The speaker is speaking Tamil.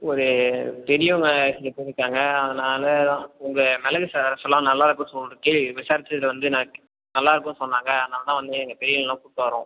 ஒரு பெரியவங்க சில பேர் இருக்காங்க அதனால் உங்களை மிளகு ச ரசம்லாம் நல்லருக்கும்ன்னு சொல்லிட்டு கேள்வி விசாரிச்சுதில் வந்து நான் நல்லா இருக்குன்னு சொன்னாங்க அதனால் தான் வந்து பெரியவங்களஎல்லாம் கூப்பிட்டு வரோம்